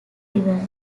river